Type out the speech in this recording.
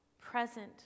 present